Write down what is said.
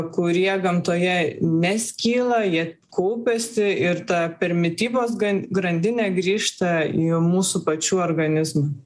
kurie gamtoje neskyla jie kaupiasi ir ta per mitybos gan grandinę grįžta į mūsų pačių organizmą